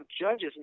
Judges